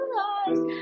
lost